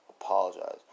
apologize